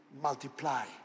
multiply